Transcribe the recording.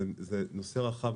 זה נושא רחב,